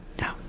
no